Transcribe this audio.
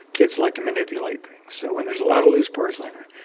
kids like to manipulate things, so when there's a lot of loose parts lying around.